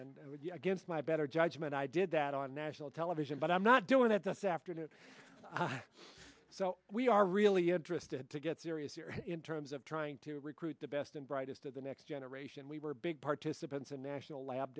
against my better judgment i did that on national television but i'm not doing that this afternoon so we are really interested to get serious here in terms of trying to recruit the best and brightest of the next generation we were big participants in national lab